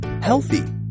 healthy